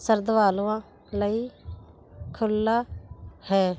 ਸ਼ਰਧਾਲੂਆਂ ਲਈ ਖੁੱਲ੍ਹਾ ਹੈ